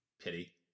Pity